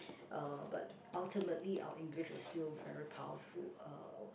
uh but ultimately our English is still very powerful uh